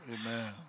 Amen